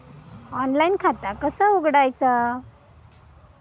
Online खाता कसा उघडायचा?